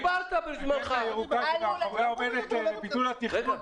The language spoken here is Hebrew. ירוקה שמאחוריה עומדת ביטול התכנון?